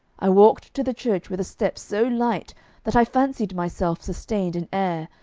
i walked to the church with a step so light that i fancied myself sustained in air,